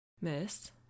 Miss